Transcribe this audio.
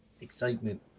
excitement